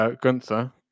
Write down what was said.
Gunther